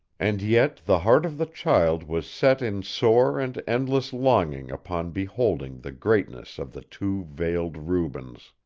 and yet the heart of the child was set in sore and endless longing upon beholding the greatness of the two veiled rubens.